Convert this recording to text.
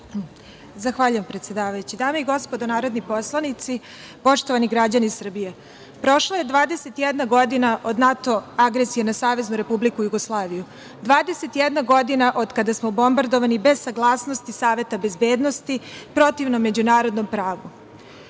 Zahvaljujem, predsedavajući. Dame i gospodo narodni poslanici, poštovani građani Srbije, prošla je 21 godina od NATO agresije na Saveznu Republiku Jugoslaviju, 21 godina od kada smo bombardovani bez saglasnosti Saveta bezbednosti, protivno međunarodnom pravu. Te